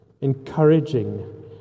encouraging